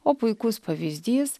o puikus pavyzdys